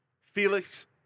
Felix